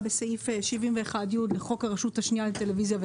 בסעיף 71י לחוק הרשות השנייה לטלוויזיה,